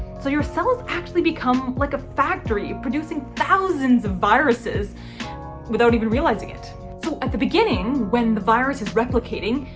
so your cells actually become like a factory producing thousands of viruses without even realizing it. so at the beginning when the virus is replicating,